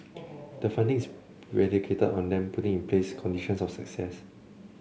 the funding is predicated on them putting in place conditions of success